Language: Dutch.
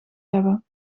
hebben